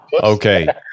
Okay